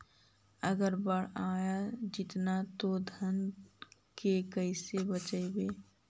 अगर बाढ़ आ जितै तो धान के कैसे बचइबै?